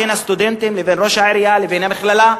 בין הסטודנטים לבין ראש העירייה לבין המכללה,